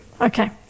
Okay